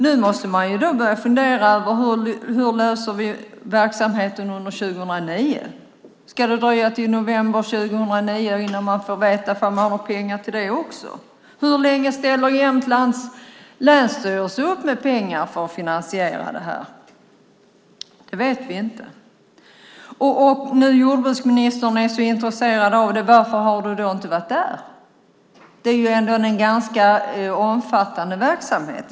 Nu måste Eldrimner börja fundera på hur de ska lösa verksamheten under 2009. Ska det dröja till november 2009 innan man får veta om man har några pengar till det också? Hur länge ställer Jämtlands länsstyrelse upp med pengar för att finansiera det här? Det vet vi inte. Och om nu jordbruksministern är så intresserad - varför har han då inte varit där? Detta är ändå en ganska omfattande verksamhet.